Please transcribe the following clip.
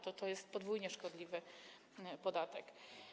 To jest podwójnie szkodliwy podatek.